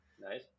nice